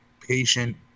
patient